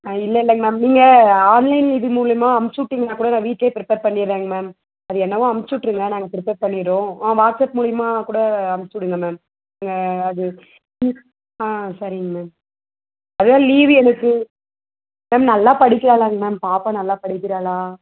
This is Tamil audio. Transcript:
ஆ இல்லை இல்லைங்க மேம் நீங்கள் ஆன்லைன் இது மூலயமா அனுப்பிச்சி விட்டிங்ன்னா கூட வீட்டிலே ப்ரிப்பர் பண்ணிடுறேங்க மேம் அது என்னவோ அனுப்பிச்சி விட்ருங்க நாங்கள் ப்ரிப்பர் பண்ணிடுறோம் ஆ வாட்சாப் மூலயமா கூட அனுப்பிச்சி விடுங்க மேம் அது ஆ சரிங்க மேம் அதுதான் லீவ் எனக்கு மேம் நல்லா படிக்கிறாளாங்க மேம் பாப்பா நல்லா படிக்கிறாளா